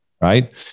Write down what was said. right